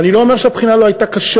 ואני לא אומר שהבחינה לא הייתה קשה,